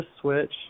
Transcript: switch